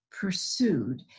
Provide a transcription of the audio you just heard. pursued